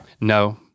No